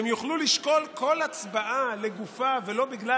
הם יוכלו לשקול כל הצבעה לגופה ולא בגלל